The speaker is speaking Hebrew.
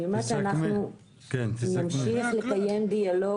אני אומרת שאנחנו נמשיך לקיים דיאלוג